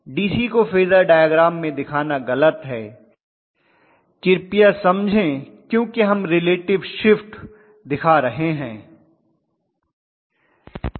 DC को phasor diagram में दिखाना गलत है कृपया समझें क्योंकि हम रिलेटिव शिफ्ट दिखा रहे हैं